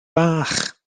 bach